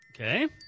Okay